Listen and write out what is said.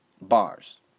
Bars